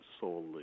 solely